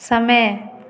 समय